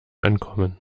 ankommen